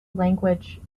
language